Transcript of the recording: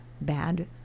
bad